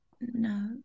No